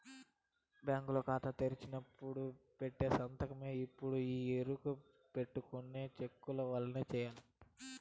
bank కాతా తెరిసినపుడు పెట్టిన సంతకాన్నే ఎప్పుడూ ఈ ఎరుకబెట్టుకొని సెక్కులవైన సెయ్యాల